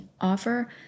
offer